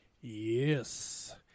Yes